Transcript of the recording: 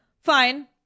fine